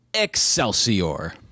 Excelsior